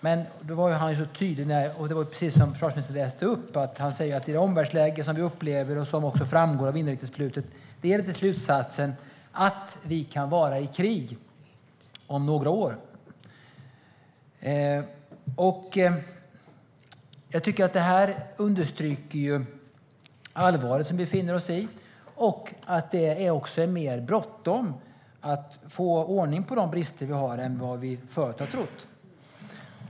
Men som försvarsministern läste upp kan vi med det omvärldsläge som vi upplever, och som också framgår av slutsatsen i inriktningsbeslutet, vara i krig om några år. Jag tycker att det understryker allvaret som vi befinner oss i och att det också är mer bråttom att komma till rätta med de brister vi har än vad vi tidigare har trott.